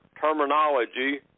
terminology